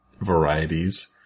varieties